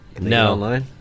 No